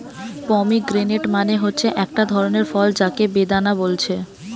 pomegranate মানে হচ্ছে একটা ধরণের ফল যাকে বেদানা বলছে